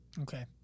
Okay